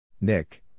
Nick